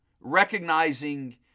Recognizing